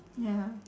ya